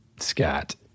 Scott